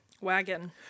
Wagon